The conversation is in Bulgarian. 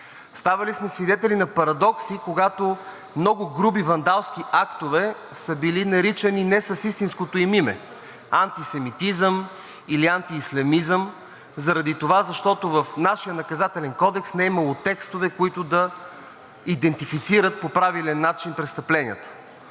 Ставали сме свидетели на парадокси, когато много груби вандалски актове са били наричани не с истинското им име – антисемитизъм или антиислямизъм, заради това, защото в нашия Наказателен кодекс не е имало текстове, които да идентифицират по правилен начин престъпленията.